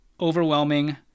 overwhelming